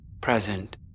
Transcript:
present